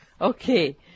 Okay